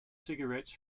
cigarettes